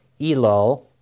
Elul